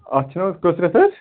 اَتھ چھِنہٕ حظ کٔژ رٮ۪تھ حظ